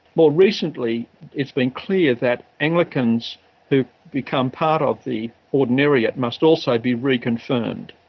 more recently it's been clear that anglicans who've become part of the ordinariate must also be reconfirmed,